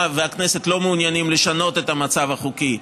והכנסת לא מעוניינים לשנות את המצב החוקי,